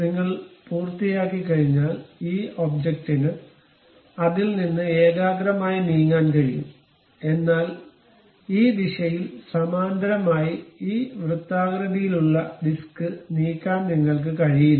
നിങ്ങൾ പൂർത്തിയാക്കിക്കഴിഞ്ഞാൽ ഈ ഒബ്ജക്റ്റിന് അതിൽ നിന്ന് ഏകാഗ്രമായി നീങ്ങാൻ കഴിയും എന്നാൽ ഈ ദിശയിൽ സമാന്തരമായി ഈ വൃത്താകൃതിയിലുള്ള ഡിസ്ക് നീക്കാൻ നിങ്ങൾക്ക് കഴിയില്ല